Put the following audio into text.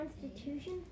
Constitution